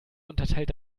unterteilt